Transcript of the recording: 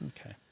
Okay